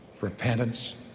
repentance